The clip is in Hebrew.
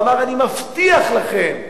ואמר: אני מבטיח לכם.